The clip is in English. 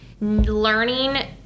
learning